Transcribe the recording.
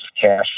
cash